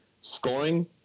scoring